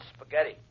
spaghetti